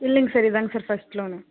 இல்லைங்க சார் இதுதாங்க sir first loan